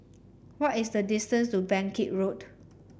what is the distance to Bangkit Road